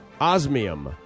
osmium